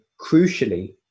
crucially